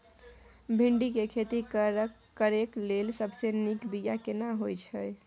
भिंडी के खेती करेक लैल सबसे नीक बिया केना होय छै?